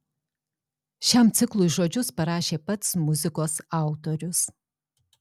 šiam ciklui žodžius parašė pats muzikos autorius